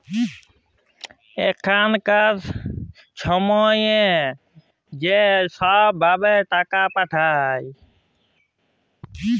এখলকার ছময়ে য ছব ভাবে টাকাট পাঠায়